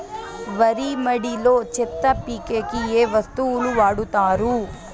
వరి మడిలో చెత్త పీకేకి ఏ వస్తువులు వాడుతారు?